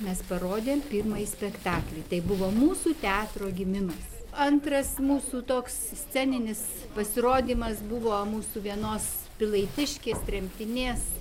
mes parodėm pirmąjį spektaklį tai buvo mūsų teatro gimimas antras mūsų toks sceninis pasirodymas buvo mūsų vienos pilaitiškės tremtinės